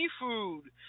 seafood